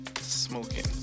Smoking